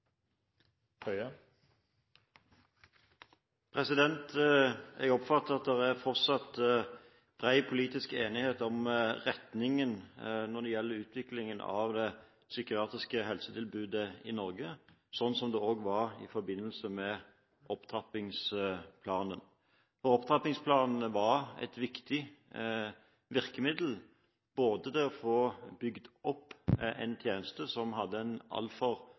politisk enighet om retningen når det gjelder utviklingen av det psykiatriske helsetilbudet i Norge, slik det også var i forbindelse med opptrappingsplanen. Opptrappingsplanen var et viktig virkemiddel for å få bygd opp en tjeneste som hadde en